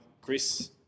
Chris